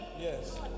Yes